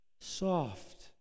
soft